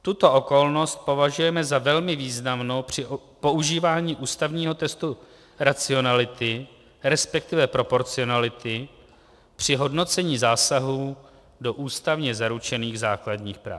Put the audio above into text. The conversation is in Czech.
Tuto okolnost považujeme za velmi významnou při používání ústavního testu racionality, resp. proporcionality při hodnocení zásahů do ústavně zaručených základních práv.